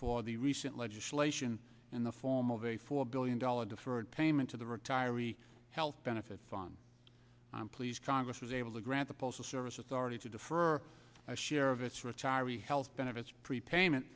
for the recent legislation in the form of a four billion dollar deferred payment to the retiree's health benefits on i'm pleased congress was able to grant the postal service authority to defer share of its retire we health benefits prepayment